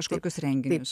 kažkokius renginius